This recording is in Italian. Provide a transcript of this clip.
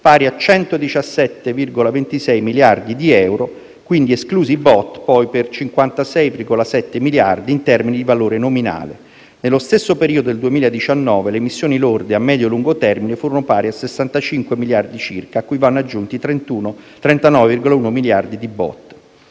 pari a 117,26 miliardi di euro, esclusi i BOT, pari a 56,7 miliardi in termini di valore nominale. Nello stesso periodo del 2019, le emissioni lorde a medio-lungo termine furono pari a 65 miliardi circa, cui vanno aggiunti 39,1 miliardi di BOT.